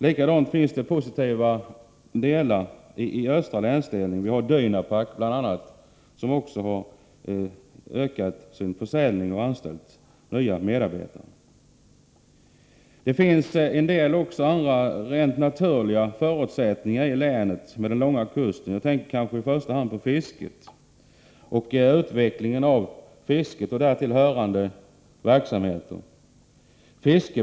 På samma sätt har man sett positiva tendenser i den östra länsdelen, där vi bl.a. har Dynapac, som också har ökat sin försäljning och anställt nya medarbetare. Det finns också en del rent naturliga förutsättningar i länet tack vare den långa kusten. Jag tänker kanske i första hand på utvecklingen av fisket och därtill hörande verksamheter.